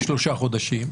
שלושה חודשים,